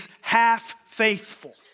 half-faithful